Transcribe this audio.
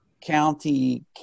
county